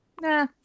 Nah